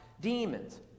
demons